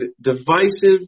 divisive